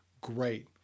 great